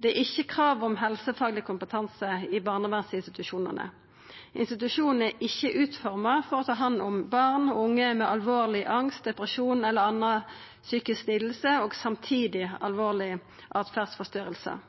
Det er ikkje krav om helsefagleg kompetanse på barnevernsinstitusjonane. Institusjonane er ikkje utforma for å ta hand om barn og unge med alvorleg angst, depresjon eller andre psykiske lidingar og samtidig alvorlige åtferdsforstyrringar.